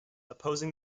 opposing